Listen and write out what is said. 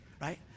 Right